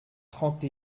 trente